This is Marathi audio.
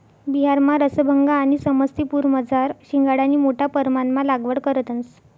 बिहारमा रसभंगा आणि समस्तीपुरमझार शिंघाडानी मोठा परमाणमा लागवड करतंस